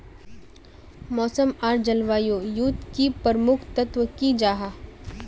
मौसम आर जलवायु युत की प्रमुख तत्व की जाहा?